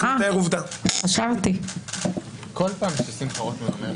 אני רק מתאר עובדה.